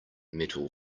metal